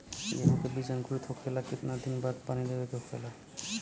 गेहूँ के बिज अंकुरित होखेला के कितना दिन बाद पानी देवे के होखेला?